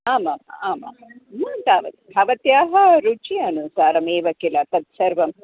आम् आम् आमाम् न तावदेव भवत्याः रुचि अनुसारमेव किल तत्सर्वम्